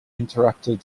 interrupted